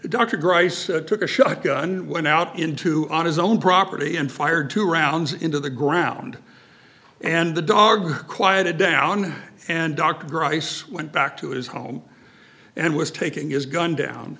dr grice took a shotgun went out into on his own property and fired two rounds into the ground and the dog quieted down and dr rice went back to his home and was taking his gun down